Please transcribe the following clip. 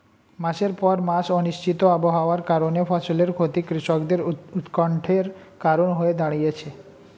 মাসের পর মাস অনিশ্চিত আবহাওয়ার কারণে ফসলের ক্ষতি কৃষকদের উৎকন্ঠার কারণ হয়ে দাঁড়িয়েছে